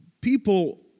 people